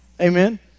Amen